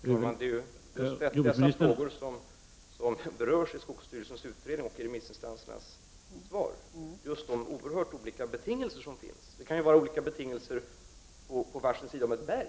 Herr talman! Det är dessa frågor som berörs i skogsstyrelsens utredning och i remissinstansernas svar, dvs. just de olika betingelser som finns. Det kan t.ex. vara olika betingelser på olika sidor om ett berg.